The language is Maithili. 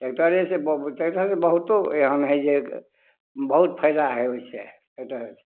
ट्रैकटरेसे ट्रैकटर बहुतो एहन हइ जे बहुत फायदा हइ ओहिसे एक तरहसे